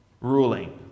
ruling